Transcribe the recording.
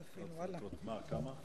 כמה?